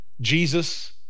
Jesus